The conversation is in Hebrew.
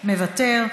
מוותר.